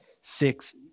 six